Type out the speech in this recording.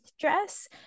dress